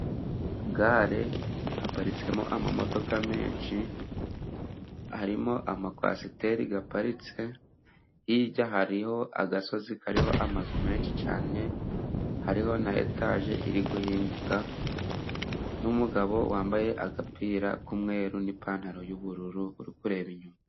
Gare haparitsemo amamodoka menshi, harimo amakwasiteri aparitse hirya hariho agasozi kariho amazu menshi cyane, hariho na etaje iri guhinguka n'umugabo wambaye agapira k'umweru n'ipantaro y'ubururu ukureba inyuma.